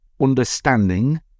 understanding